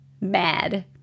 mad